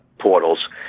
portals